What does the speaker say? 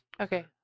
Okay